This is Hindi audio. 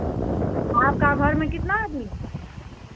आपका घर में कितना आदमी है